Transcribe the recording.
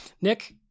Nick